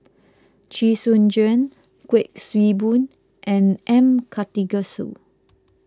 Chee Soon Juan Kuik Swee Boon and M Karthigesu